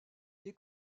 les